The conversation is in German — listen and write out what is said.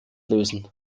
lösen